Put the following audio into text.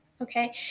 Okay